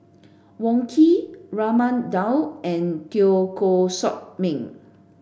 Wong Keen Raman Daud and Teo Koh Sock Miang